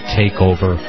takeover